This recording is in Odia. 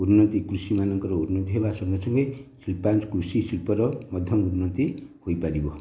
ଉନ୍ନତି କୃଷିମାନଙ୍କର ଉନ୍ନତି ହେବା ସଙ୍ଗେ ସଙ୍ଗେ କୃଷି ଶିଳ୍ପର ମଧ୍ୟ ଉନ୍ନତି ହୋଇପାରିବ